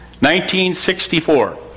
1964